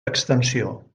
extensió